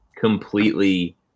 completely